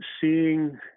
seeing